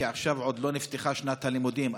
כי עכשיו עוד לא נפתחה שנת הלימודים.